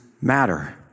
matter